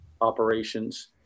operations